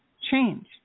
change